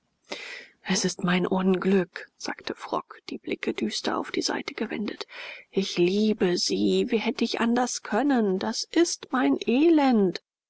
es ist mein unglück sagte frock die blicke düster auf die seite gewendet ich liebe sie wie hätte ich anders können das ist mein elend